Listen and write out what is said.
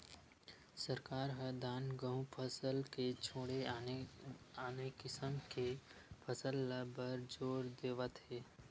सरकार ह धान, गहूँ फसल के छोड़े आने आने किसम के फसल ले बर जोर देवत हे